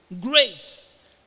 grace